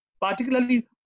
particularly